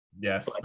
Yes